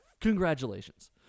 Congratulations